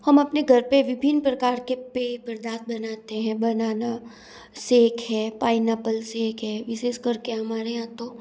हम अपने घर पर विभिन्न प्रकार के पेय पदार्थ बनाते हैं बनाना सेक है पाइनएप्पल सेक है विशेष कर के हमारे यहाँ तो